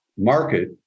market